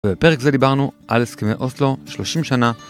בפרק זה דיברנו על הסכמי אוסלו שלושים שנה